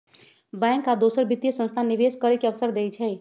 bank आ दोसर वित्तीय संस्थान निवेश करे के अवसर देई छई